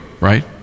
right